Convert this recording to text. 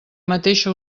mateixa